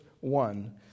one